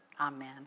Amen